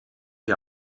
ihr